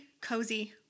cozy